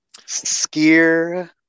Skier